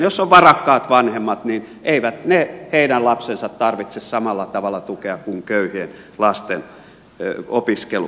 jos on varakkaat vanhemmat niin eivät ne heidän lapsensa tarvitse samalla tavalla tukea kuin köyhien lasten opiskelu